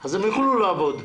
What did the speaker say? אז הם יוכלו לעבוד.